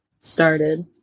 started